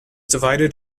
divided